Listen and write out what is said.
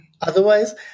Otherwise